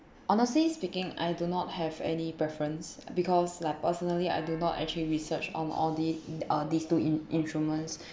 honestly speaking I do not have any preference because like personally I do not actually research on all the~ uh these two in~ instruments